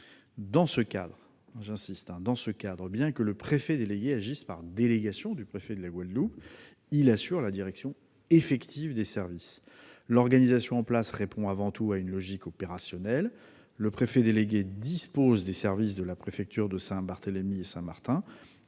insiste, bien que le préfet délégué agisse par délégation du préfet de la Guadeloupe, il assure la direction effective des services. L'organisation en place répond avant tout à une logique opérationnelle : le préfet délégué dispose des services de la préfecture de Saint-Barthélemy et Saint-Martin,